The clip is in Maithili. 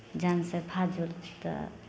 जानसँ फाजुल तऽ